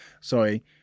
Sorry